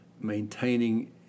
maintaining